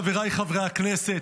חבריי חברי הכנסת,